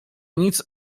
nic